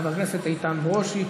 חבר הכנסת איתן ברושי,